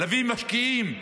להביא משקיעים,